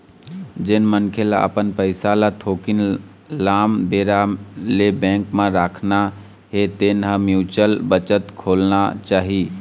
जेन मनखे ल अपन पइसा ल थोकिन लाम बेरा ले बेंक म राखना हे तेन ल म्युचुअल बचत खोलवाना चाही